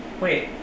Wait